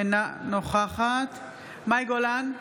אינה נוכחת מאי גולן,